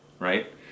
right